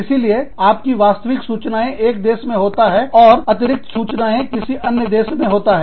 इसीलिए आप की वास्तविक सूचनाएं एक देश में होता है और अतिरिक्त सूचनाएं किसी अन्य देश में होता है